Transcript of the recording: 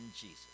Jesus